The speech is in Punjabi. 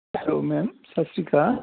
hello ma'am Sat Sri Akal